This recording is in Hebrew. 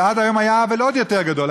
שעד היום היה, אבל עוד יותר גדול.